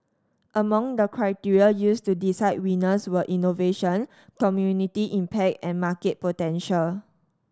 among the criteria used to decide winners were innovation community impact and market potential